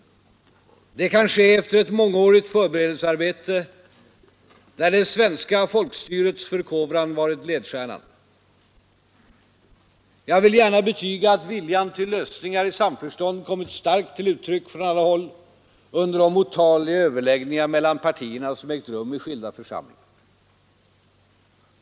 Det kan ske efter ett mångårigt förberedelsearbete där det svenska folkstyrets förkovran varit ledstjärnan. Jag vill gärna betyga att viljan till lösningar i samförstånd kommit starkt till uttryck från alla håll under de otaliga överläggningar mellan partierna som ägt rum i skilda församlingar.